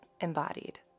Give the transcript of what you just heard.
embodied